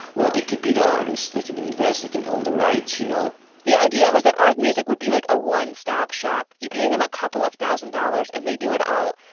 well, it could be the artists. they can invest. they can own the rights, you know the idea was that art music would be like a one stop shop. you pay them a couple of thousand dollars and they do it all,